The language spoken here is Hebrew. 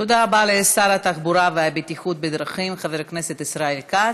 תודה רבה לשר התחבורה והבטיחות בדרכים חבר הכנסת ישראל כץ,